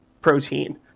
protein